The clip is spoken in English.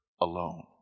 alone